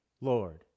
Lord